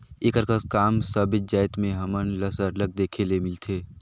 एकर कस काम सबेच जाएत में हमन ल सरलग देखे ले मिलथे